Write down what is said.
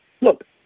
look